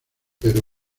pero